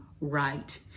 right